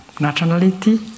nationality